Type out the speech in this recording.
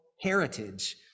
heritage